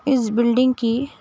اِس بلڈنگ کی